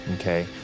okay